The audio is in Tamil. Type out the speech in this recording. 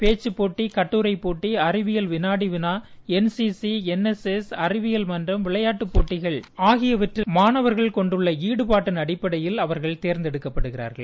பேச்சுப்போட்டி கட்டுரைப்போட்டி அறிவியல் விநாடி விநா என் சி சி என் எஸ் எஸ் அறிவியல் மற்றும் விளையாட்டுப் போட்டிகள் ஆகியவற்றில் மாணவர்கள் கொண்டுள்ள ஈடுபாட்டின் அடிப்படையில் அவர்கள் தேர்ந்தெடுக்கப்படுகின்றனர்